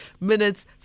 minutes